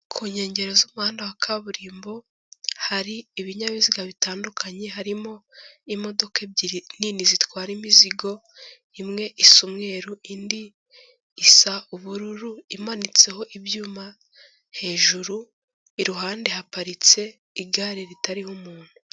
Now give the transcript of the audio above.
Ku nkengero z'umuhanda wa kaburimbo hari ibinyabiziga bitandukanye harimo imodoka ebyiri nini zitwara imizigo, imwe isa umweruru, indi isa ubururu imanitseho ibyuma hejuru, iruhande haparitse igare ritariho umuntu.